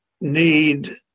need